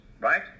right